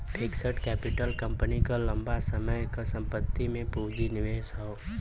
fixed capital company क लंबा समय क संपत्ति में पूंजी निवेश हौ